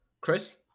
Chris